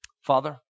Father